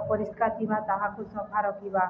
ଅପରିଷ୍କାର ଥିବା ତାହାକୁ ସଫା ରଖିବା